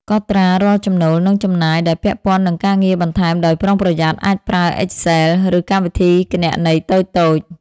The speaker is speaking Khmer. កត់ត្រារាល់ចំណូល និងចំណាយដែលពាក់ព័ន្ធនឹងការងារបន្ថែមដោយប្រុងប្រយ័ត្ន អាចប្រើ Excel ឬកម្មវិធីគណនេយ្យតូចៗ។